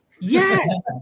yes